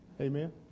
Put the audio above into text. Amen